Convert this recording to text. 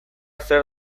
zer